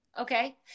okay